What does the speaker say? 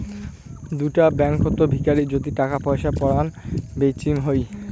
দুটা ব্যাঙ্কত ভিতরি যদি টাকা পয়সা পারায় বেচিম হই